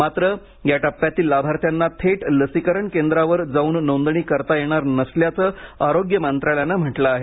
मात्र या टप्प्यातील लाभार्थ्यांना थेट लसीकरण केंद्रावर जाऊन नोंदणी करता येणार नसल्याचं आरोग्य मंत्रालयानं म्हटलं आहे